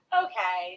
okay